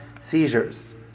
seizures